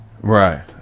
Right